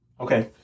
Okay